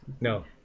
No